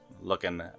looking